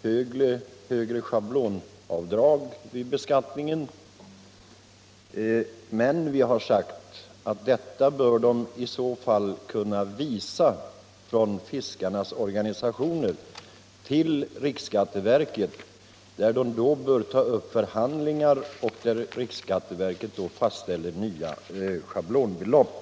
ett högre schablonavdrag vid beskattningen, men vi har sagt att fiskarnas — organisationer i så fall bör visa behovet härav för riksskatteverket och = Yrkesfiskares rätt ta upp förhandlingar med detta för fastställande av nya schablonbelopp.